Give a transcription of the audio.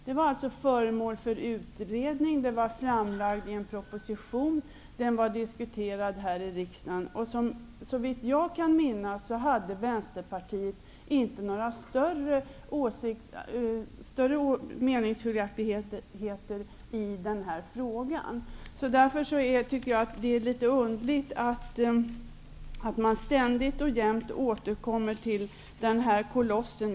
Den var föremål för utredning, den föreslogs i en proposition och den diskuterades här i riksdagen, och enligt vad jag kan minnas var det inte några större meningsskiljaktigheter mellan Vänsterpartiet och majoriteten i den frågan. Jag tycker därför att det är litet underligt att man ständigt och jämt återkommer till den här kolossen.